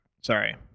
Sorry